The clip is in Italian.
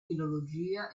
filologia